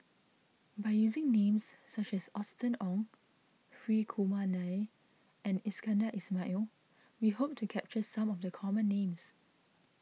by using names such as Austen Ong Hri Kumar Nair and Iskandar Ismail we hope to capture some of the common names